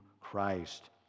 Christ